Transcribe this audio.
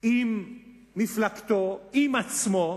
עם מפלגתו, עם עצמו,